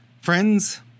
Friends